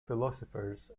philosophers